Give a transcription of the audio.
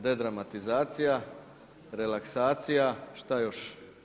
Dedramatizacija, relaksacija, šta još?